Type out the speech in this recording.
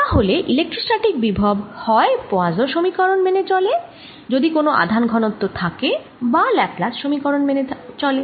তাহলে ইলেক্ট্রোস্ট্যাটিক বিভব হয় পোয়াসোঁ সমীকরণ মেনে চলে যদি কোন আধান ঘনত্ব থাকে বা ল্যাপ্লাস সমীকরণ মেনে চলে